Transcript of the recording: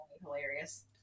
hilarious